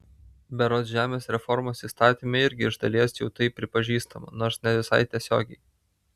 berods žemės reformos įstatyme irgi iš dalies jau tai pripažįstama nors ne visai tiesiogiai